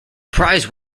prize